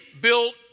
built